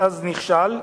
אך נכשל.